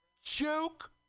Joke